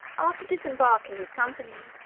after disembarking his company,